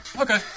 okay